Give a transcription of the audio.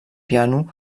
piano